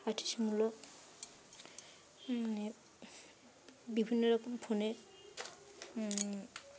artist মূলক মানে বিভিন্ন রকম ফোনে